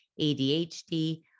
ADHD